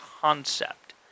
concept